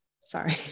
sorry